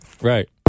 Right